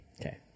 Okay